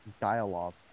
dialogue